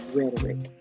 Rhetoric